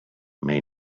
may